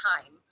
time